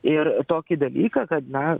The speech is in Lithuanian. ir tokį dalyką kad na